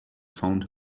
found